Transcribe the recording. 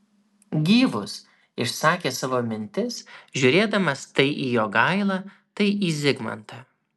gyvus išsakė savo mintis žiūrėdamas tai į jogailą tai į zigmantą